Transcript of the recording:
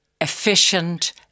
efficient